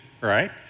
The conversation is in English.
right